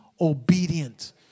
obedient